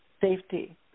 safety